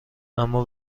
اما